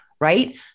right